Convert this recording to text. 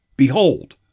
Behold